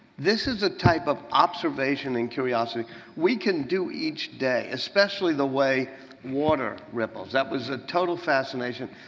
this is a type of observation and curiosity we can do each day, especially the way water ripples. that was a total fascination.